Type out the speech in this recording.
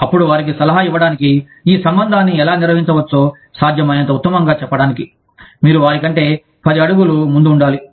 అప్పుడువారికి సలహా ఇవ్వడానికి ఈ సంబంధాన్ని ఎలా నిర్వహించవచ్చో సాధ్యమైనంత ఉత్తమంగా చెప్పడానికి మీరు వారి కంటే పది అడుగులు ముందు ఉండాలి